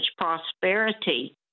prosperity